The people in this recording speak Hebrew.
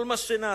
כל מה שנעשה,